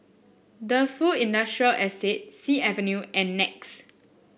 Defu Industrial Estate Sea Avenue and Nex